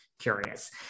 curious